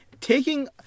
Taking